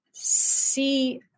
See